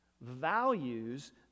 values